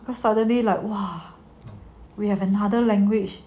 because suddenly like !wah! we have another language